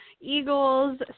Eagles